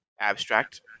abstract